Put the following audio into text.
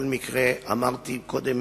כל מקרה, אמרתי קודם